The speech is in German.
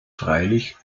freilich